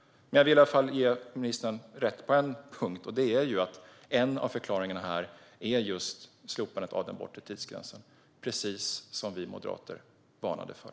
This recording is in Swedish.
Jag vill i alla fall ge ministern rätt på en punkt, och det är att en av förklaringarna är just slopandet av den bortre tidsgränsen. Precis detta varnade vi moderater för.